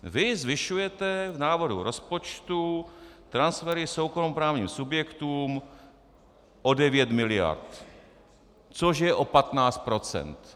Vy zvyšujete v návrhu rozpočtu transfery soukromoprávním subjektům o 9 miliard, což je o 15 %.